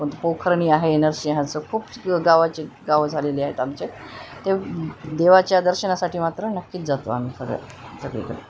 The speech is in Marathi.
कोणतं पोखरणी आहे ये नरसिंहाचं खूप गावाचे गावं झालेले आहेत आमचे ते देवाच्या दर्शनासाठी मात्र नक्कीच जातो आम्ही सगळ्या सगळीकडे